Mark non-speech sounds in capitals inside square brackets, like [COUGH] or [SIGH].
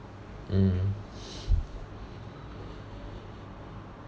mm [BREATH]